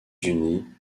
unis